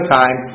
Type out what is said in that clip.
time